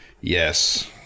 Yes